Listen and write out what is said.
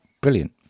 brilliant